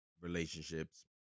relationships